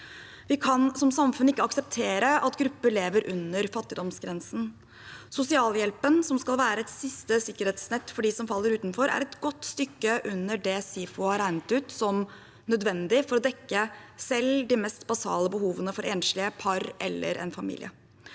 Vi kan som samfunn ikke akseptere at grupper lever under fattigdomsgrensen. Sosialhjelpen, som skal være et siste sikkerhetsnett for dem som faller utenfor, er et godt stykke under det SIFO har regnet ut som nødvendig for å dekke selv de mest basale behovene for enslige, par eller en familie.